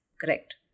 correct